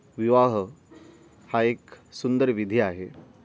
विवाह हा एक सुंदर विधी आहे